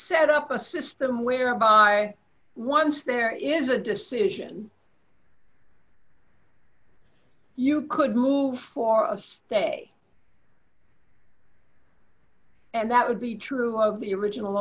set up a system whereby once there is a decision you could move for a stay and that would be true of the original